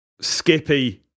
Skippy